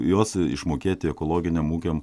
juos išmokėti ekologiniam ūkiam